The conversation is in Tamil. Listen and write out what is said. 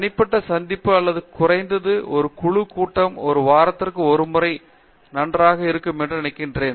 தனிப்பட்ட சந்திப்பு அல்லது குறைந்தது ஒரு குழு கூட்டம் ஒரு வாரத்தில் ஒரு முறை நன்றாக இருக்கும் என்று நான் நினைக்கிறேன்